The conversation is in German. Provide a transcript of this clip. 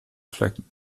flecken